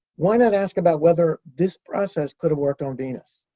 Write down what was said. why not ask about whether this process could have worked on venus?